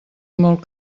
molt